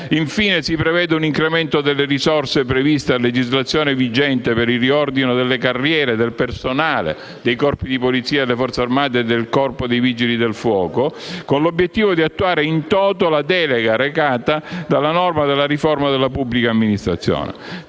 Infine, si prevede un incremento delle risorse previste a legislazione vigente per il riordino delle carriere del personale dei corpi di polizia, delle Forze armate e del Corpo dei vigili del fuoco, con l'obiettivo di attuare *in toto* la delega recata dalle norme della riforma della pubblica amministrazione.